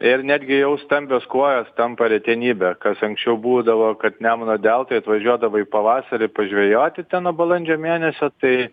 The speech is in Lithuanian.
ir netgi jau stambios kuojos tampa retenybe kas anksčiau būdavo kad nemuno deltoj atvažiuodavai pavasarį pažvejoti ten nuo balandžio mėnesio tai